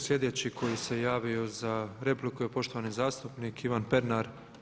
Sljedeći koji se javio za repliku je poštovani zastupnik Ivan Pernar.